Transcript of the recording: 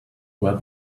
were